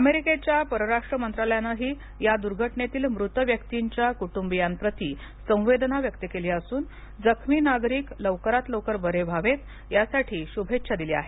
अमेरिकेच्या परराष्ट्र मंत्रालयाने हि या दुर्घटनेतील मृत व्यक्तींच्या कुटुंबियांप्रती संवेदना व्यक्त केली असून जखमी नागरिक लवकरात लवकर बरे व्हावेत यासाठी शुभेच्छा दिल्या आहेत